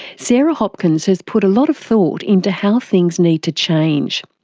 sarah hopkins has put a lot of thought into how things need to change.